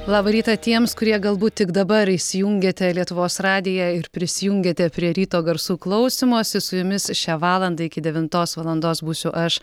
labą rytą tiems kurie galbūt tik dabar įsijungiate lietuvos radiją ir prisijungiate prie ryto garsų klausymosi su jumis šią valandą iki devintos valandos būsiu aš